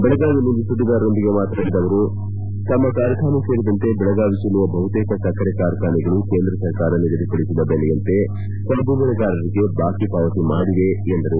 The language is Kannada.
ಬೆಳಗಾವಿಯಲ್ಲಿಂದು ಸುದ್ದಿಗಾರರೊಂದಿಗೆ ಮಾತನಾಡಿದ ಅವರು ತಮ್ಮ ಕಾರ್ಖಾನೆ ಸೇರಿದಂತೆ ಬೆಳಗಾವಿ ಜಿಲ್ಲೆಯ ಬಹುತೇಕ ಸಕ್ಕರೆ ಕಾರ್ಖಾನೆಗಳು ಕೇಂದ್ರ ಸರಕಾರ ನಿಗದಿಪಡಿಸಿದ ಬೆಲೆಯಂತೆ ಕಬ್ಬು ಬೆಳೆಗಾರರಿಗೆ ಬಾಕಿ ಪಾವತಿ ಮಾಡಿವೆ ಎಂದರು